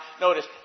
notice